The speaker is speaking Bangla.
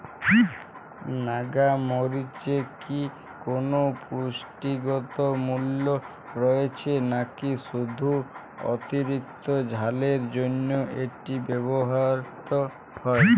নাগা মরিচে কি কোনো পুষ্টিগত মূল্য রয়েছে নাকি শুধু অতিরিক্ত ঝালের জন্য এটি ব্যবহৃত হয়?